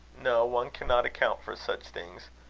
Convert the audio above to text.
no. one cannot account for such things.